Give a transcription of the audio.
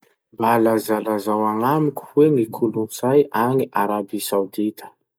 Mba lazalazao agnamiko hoe ny kolotsay agny Arabi Saodida?